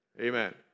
Amen